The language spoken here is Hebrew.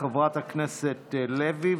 חברת הכנסת לוי,